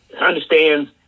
understands